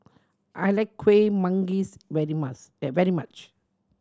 I like Kuih Manggis very very much